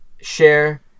share